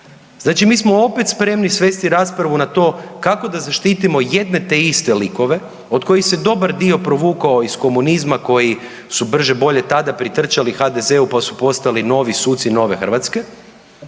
Znači mi smo opet spremni svesti raspravu na to kako da zaštitimo jedne te iste likove od kojih se dobar dio provukao iz komunizma koji su brže bolje tada pritrčali tada HDZ-u pa su postali novi suci nove Hrvatske.